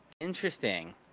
Interesting